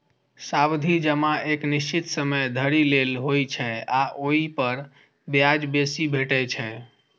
सावधि जमा एक निश्चित समय धरि लेल होइ छै आ ओइ पर ब्याज बेसी भेटै छै